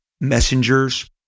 messengers